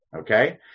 Okay